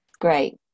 great